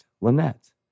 Lynette